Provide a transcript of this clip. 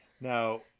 now